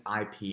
IP